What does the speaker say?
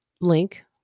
link